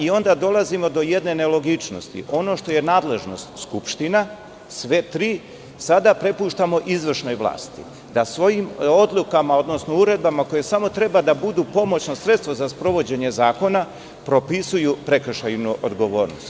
Onda dolazimo do jedne nelogičnosti – ono što je nadležnost skupština, sve tri, sada prepuštamo izvršnoj vlasti da svojim odlukama odnosno uredbama koje samo treba da budu pomoćno sredstvo za sprovođenje zakona, propisuju prekršajnu odgovornost.